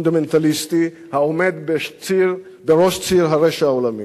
פונדמנטליסטי, העומד בראש ציר הרשע העולמי?